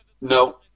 No